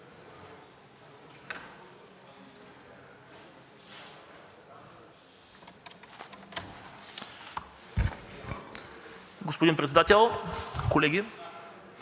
Господин Председател, колеги!